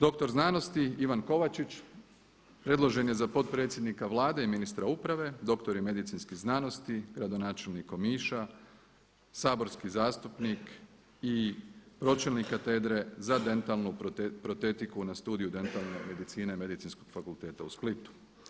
Doktor znanosti Ivan Kovačić, predložen je za potpredsjednika Vlade i ministra uprave, doktor je medicinske znanosti, gradonačelnik Omiša, saborski zastupnik i pročelnik Katedre za dentalnu protetiku na Studiju dentalne medicine Medicinskog fakulteta u Splitu.